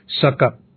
suck-up